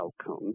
outcome